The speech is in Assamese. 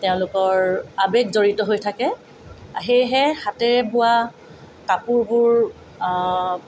তেওঁলোকৰ আৱেগ জড়িত হৈ থাকে সেয়েহে হাতেৰে বোৱা কাপোৰবোৰ